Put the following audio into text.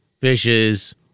fishes